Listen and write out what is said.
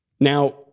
Now